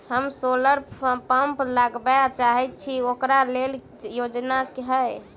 हम solar pump लगाबै चाहय छी ओकरा लेल योजना हय?